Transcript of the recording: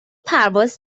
پرواز